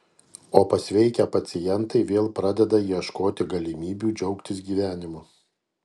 o pasveikę pacientai vėl pradeda ieškoti galimybių džiaugtis gyvenimu